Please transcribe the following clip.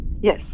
Yes